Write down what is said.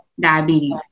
diabetes